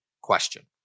question